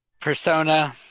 Persona